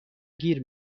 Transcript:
گیر